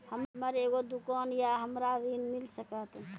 हमर एगो दुकान या हमरा ऋण मिल सकत?